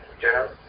General